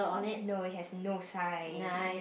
no it has no sign